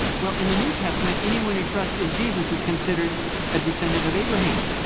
well in the new testament, anyone or trusts in jesus is considered a descendant of abraham.